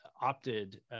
opted